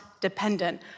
dependent